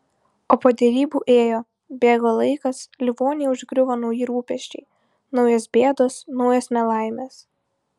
o po derybų ėjo bėgo laikas livoniją užgriuvo nauji rūpesčiai naujos bėdos naujos nelaimės